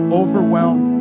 overwhelmed